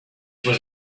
was